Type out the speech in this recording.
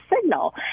signal